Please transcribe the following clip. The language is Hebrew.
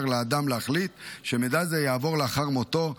לאדם להחליט שמידע זה יעבור לאחר מותו,